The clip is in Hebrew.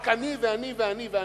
רק אני ואני ואני ואני?